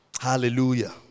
Hallelujah